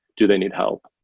do they need help?